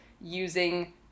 using